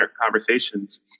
conversations